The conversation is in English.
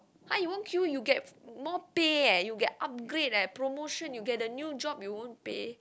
!huh! you won't queue you get more pay eh you get upgrade eh promotion you get a new job you won't pay